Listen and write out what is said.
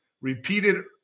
repeated